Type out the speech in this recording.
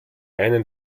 einen